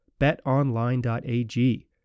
betonline.ag